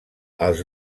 els